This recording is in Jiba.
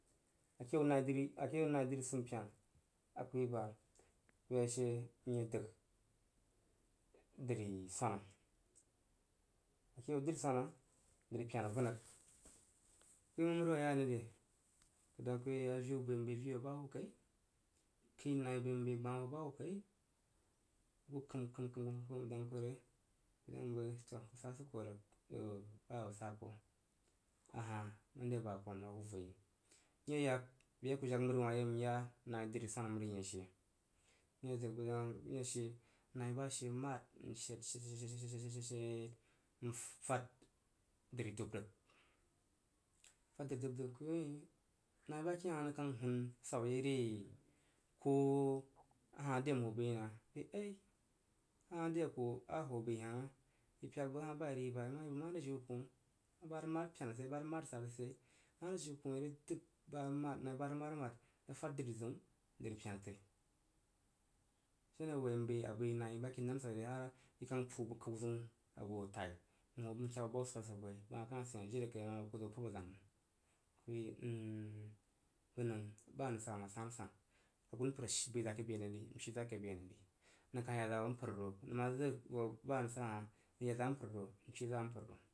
Ake yau nai dri ake yau naí drí swumpena aku yi ba, ku yak she n ye dəg dri swana a ke yau drí swara, drí pena vunəng. Ku yi məng məri wah ya ní re? Bəg dang ku yi aviu bəi m. bəi vii hoo ba hub kai kəi na bəi gbah hoo ba hub kai a hah məri ba fam. Ku ye yak be aku jag məri wah ku ya she nai ba she mad n shed she shed n fad dri dub rig ku kad bəg yi ba ke hah nəng kang hun swab ye re? Ko a hah dəi a hoo bəi yi nəng bəi nai jia pena dabgbana pena dub gbana wah sara biyei a hah rig mad ku woi woi hah noi ba ke mad swap yei ku kang puu zəu bo fai ngab ho ba hub n hu yi bəg. Ku dang bəi ba nang sa hah san san agunpər bəi za ke be nəng ri n shi za ke be nang ri nəng kah ya za bo mpər ro nəng ma zig vo busau hah nəng ya za mpər ro n shi za mpər ro.